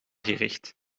gericht